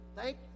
thank